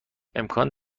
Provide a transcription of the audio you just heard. امکان